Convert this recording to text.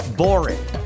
boring